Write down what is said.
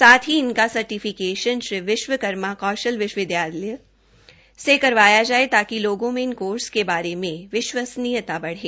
साथ ही इनका सर्टिफिकेशन श्री विश्वकर्मा कौशल विश्वविद्यालय द्धौला से करवाया जाए ताकि लोगों में इन कोर्स के बारे में विश्वसनीयता बढ़े